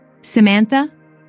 Samantha